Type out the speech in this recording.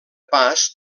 pas